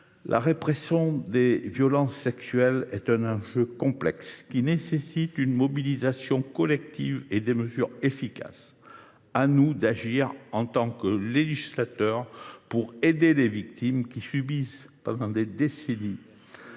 la répression des violences sexuelles est un enjeu complexe. Elle nécessite une mobilisation collective et des mesures efficaces. À nous, législateurs, d’agir pour aider les victimes, qui subissent des décennies